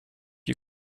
you